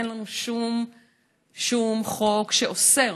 אין לנו שום חוק שאוסר,